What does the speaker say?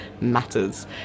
matters